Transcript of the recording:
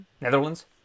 Netherlands